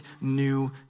new